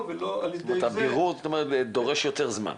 ולא על ידי זה --- הבירור דורש יותר זמן.